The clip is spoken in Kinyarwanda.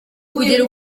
kugira